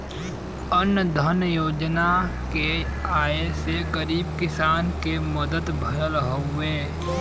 अन्न धन योजना के आये से गरीब किसान के मदद भयल हउवे